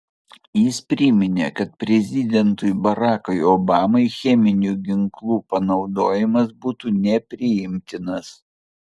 jis priminė kad prezidentui barackui obamai cheminių ginklų panaudojimas būtų nepriimtinas